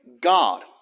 God